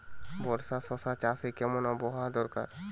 বর্ষার শশা চাষে কেমন আবহাওয়া দরকার?